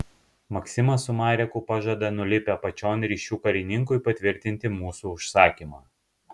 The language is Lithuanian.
maksimas su mareku pažada nulipę apačion ryšių karininkui patvirtinti mūsų užsakymą